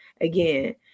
again